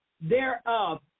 thereof